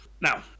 Now